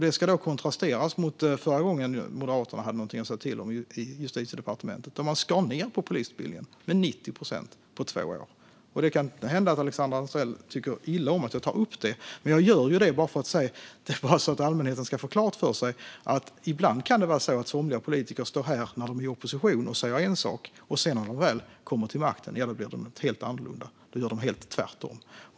Detta ska kontrasteras mot förra gången Moderaterna hade något att säga till om i Justitiedepartementet, då man skar ned på polisutbildningen med 90 procent på två år. Det kan hända att Alexandra Anstrell tycker illa om att jag tar upp detta, man jag gör det bara för att allmänheten ska få klart för sig att somliga politiker ibland kan stå här när de är i opposition och säga en sak, och sedan, när de väl kommer till makten, blir det helt annorlunda och de gör tvärtom.